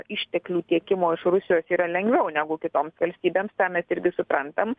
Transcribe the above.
išteklių tiekimo iš rusijos yra lengviau negu kitoms valstybėms tą mes irgi suprantam